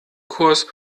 kurs